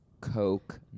Coke